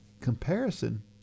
Comparison